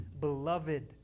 beloved